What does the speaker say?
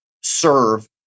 serve